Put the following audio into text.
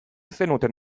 zenuten